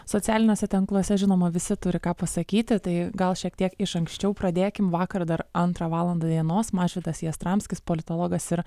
socialiniuose tinkluose žinoma visi turi ką pasakyti tai gal šiek tiek iš anksčiau pradėkim vakar antrą valandą dienos mažvydas jastramskis politologas ir